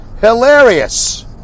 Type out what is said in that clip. Hilarious